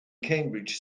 cambridge